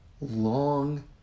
long